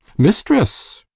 mistress!